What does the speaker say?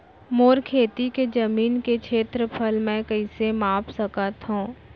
मोर खेती के जमीन के क्षेत्रफल मैं कइसे माप सकत हो?